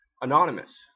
Anonymous